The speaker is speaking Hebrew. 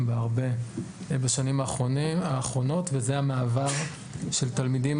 בה הרבה בשנים האחרונות - המעבר של תלמידים עם